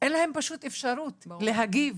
אין להם פשוט אפשרות להגיב